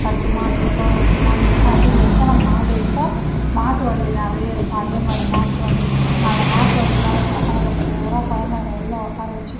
பத்து மாடு இருக்கும் ரெண்டு மாடு இருக்கும் அப்படி எத்தனை மாடு இருக்கோ மாட்டு வண்டி நிறைய இருக்கும் அதேமாதிரி மாட்டுவண்டி அந்த மாட்டுவண்டி மேலே பசங்களை பூரா குழந்தைங்கள உள்ள உட்கார வெச்சு